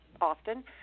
often